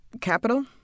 capital